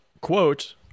Quote